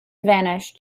vanished